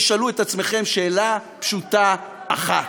תשאלו את עצמכם שאלה פשוטה אחת: